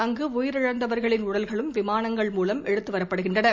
அங்கு உயிரிழந்தவர்களின் உடல்களும் விமானங்கள் மூலம் எடுத்துவரப்படுகின்றன